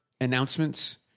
announcements